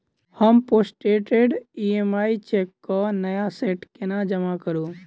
हम postdated EMI cheque केँ नया सेट केना जमा करू?